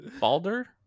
Baldur